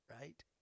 right